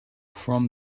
from